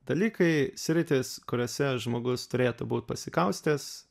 dalykai sritys kuriose žmogus turėtų būt pasikaustęs